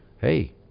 Hey